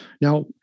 Now